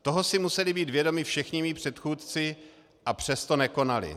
Toho si museli být vědomi všichni mí předchůdci, a přesto nekonali.